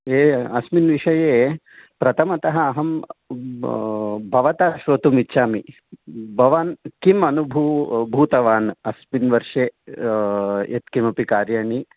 ये अस्मिन् विषये प्रथमतः अहं भवतः श्रोतुमिच्छामि भवान् किं अनुभूतवान् अस्मिन् वर्षे यत्किमपि कार्याणि